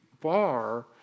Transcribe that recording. bar